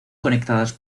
conectadas